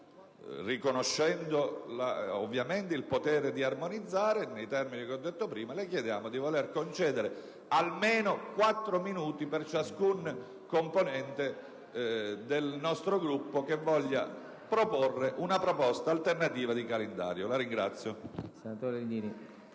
riconoscendole ovviamente il potere di armonizzare nei termini che ho detto prima, di voler concedere almeno quattro minuti per ciascun componente del nostro Gruppo che voglia proporre una proposta alternativa di calendario. *(Applausi